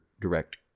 direct